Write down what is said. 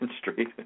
Street